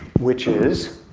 which is